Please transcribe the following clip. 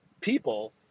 people